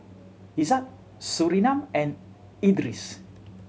Izzat Surinam and Idris